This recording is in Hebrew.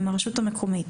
עם הרשות המקומית.